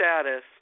status